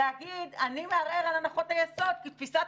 ולהגיד: אני מערער על הנחות היסוד שתפיסת